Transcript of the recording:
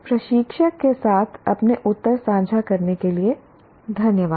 प्रशिक्षक के साथ अपने उत्तर साझा करने के लिए धन्यवाद